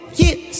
get